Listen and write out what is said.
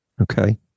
Okay